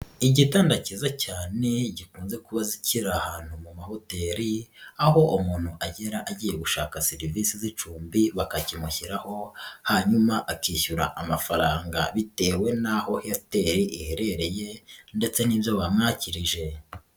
Igitanda cyiza cyane gikunze kuba kiri ahantu mu mahoteli, aho umuntu agera agiye gushaka serivisi z'icumbi bakakimushyiraho, hanyuma akishyura amafaranga bitewe n'aho hoteli iherereye ndetse n'ibyo bamwakirije.